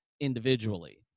individually